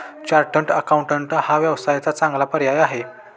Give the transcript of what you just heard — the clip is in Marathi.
चार्टर्ड अकाउंटंट हा व्यवसायाचा चांगला पर्याय आहे